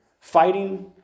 fighting